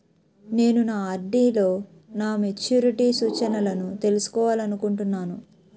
నేను నా ఆర్.డి లో నా మెచ్యూరిటీ సూచనలను తెలుసుకోవాలనుకుంటున్నాను